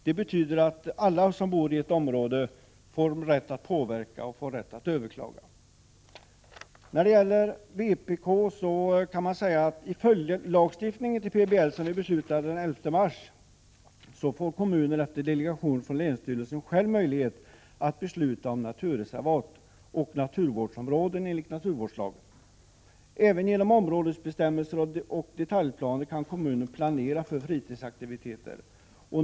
Det betyder att alla som bor i ett område får rätt att påverka och överklaga. Till vpk vill jag säga följande: Enligt följdlagstiftningen till PBL, som vi beslutade om den 11 mars, får kommunerna efter delegation från länsstyrelserna själva möjligheter att besluta om naturreservat och naturvårdsområden enligt naturvårdslagen. Även genom områdesbestämmelser och detaljplaner kan kommuner planera för fritidsaktiviteter.